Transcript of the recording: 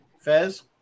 Fez